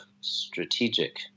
strategic